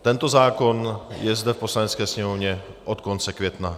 Tento zákon je zde v Poslanecké sněmovně od konce května.